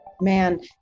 Man